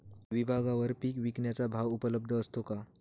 विभागवार पीक विकण्याचा भाव उपलब्ध असतो का?